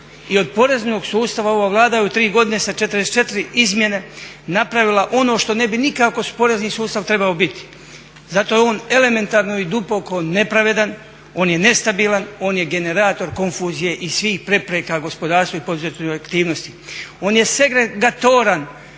i od poreznog sustava ova Vlada je u tri godine sa 44 izmjene napravila ono što ne bi nikako porezni sustav trebao biti. Zato je on elementarno i duboko nepravedan, on je nestabilan, on je generator konfuzije i svih prepreka gospodarstvu i poduzetničkoj aktivnosti, on je segregatoran